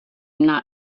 not